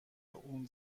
اون